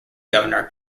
governor